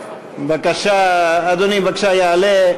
אדוני בבקשה יעלה.